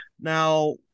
Now